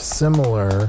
similar